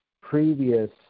previous